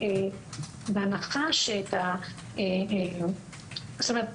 זאת אומרת,